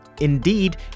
Indeed